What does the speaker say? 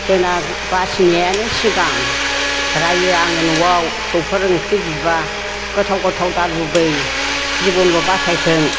जोंना बासिनायानो सिगां रायो आङो न'आव फिसौफोर ओंख्रि बिब्ला गोथाव गोथाव दालुबै जिबनल' बासायथों